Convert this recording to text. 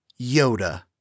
Yoda